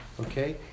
Okay